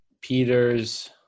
peters